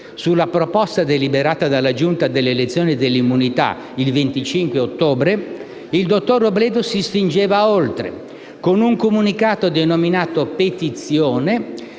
sulla proposta deliberata dalla Giunta delle elezioni e delle immunità il 25 ottobre il dottor Robledo si spingeva oltre. Con un comunicato denominato «petizione»